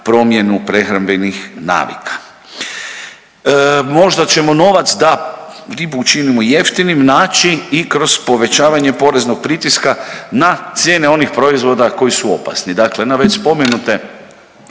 promjenu prehrambenih navika. Možda ćemo novac da ribu učinimo jeftinim naći i kroz povećavanje poreznog pritiska na cijene onih proizvoda koji su opasni, dakle na već spomenute